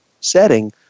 setting